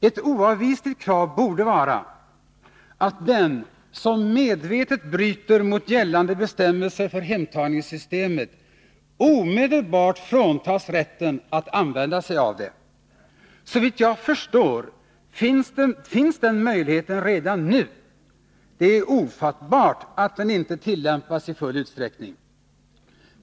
Ett oavvisligt krav borde vara att den som medvetet bryter mot gällande bestämmelser för hemtagningssystemet omedelbart fråntas rätten att använda sig av det. Såvitt jag förstår finns den möjligheten redan nu. Det är ofattbart att den inte tillämpas i full utsträckning.